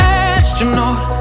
astronaut